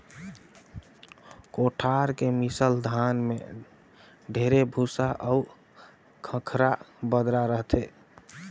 कोठार के मिसल धान में ढेरे भूसा अउ खंखरा बदरा रहथे